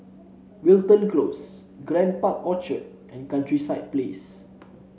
Wilton Close Grand Park Orchard and Countryside Place